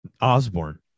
Osborne